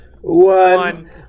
one